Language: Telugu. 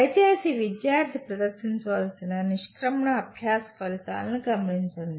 దయచేసి విద్యార్థి ప్రదర్శించాల్సిన నిష్క్రమణ అభ్యాస ఫలితాలను గమనించండి